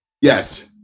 Yes